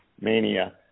mania